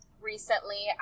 recently